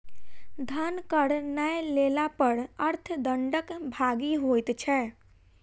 धन कर नै देला पर अर्थ दंडक भागी होइत छै